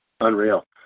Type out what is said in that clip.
Unreal